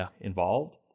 involved